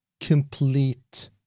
complete